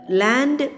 land